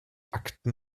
akten